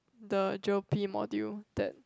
the Geo P module that